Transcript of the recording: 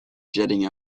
jetting